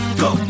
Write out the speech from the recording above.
go